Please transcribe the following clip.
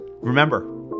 remember